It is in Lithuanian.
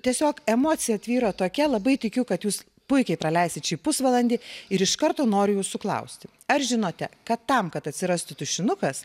tiesiog emocija tvyro tokia labai tikiu kad jūs puikiai praleisit šį pusvalandį ir iš karto noriu jūsų klausti ar žinote kad tam kad atsirastų tušinukas